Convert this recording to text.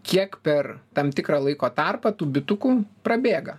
kiek per tam tikrą laiko tarpą tų bitukų prabėga